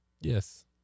Yes